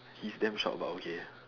he's damn short but okay